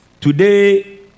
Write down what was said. Today